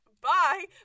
bye